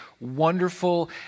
wonderful